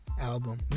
album